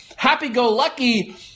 happy-go-lucky